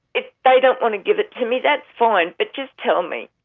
if they don't want to give it to me, that's fine, but just tell me.